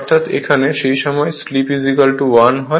অর্থাৎ এখানে সেই সময় স্লিপ 1 হয়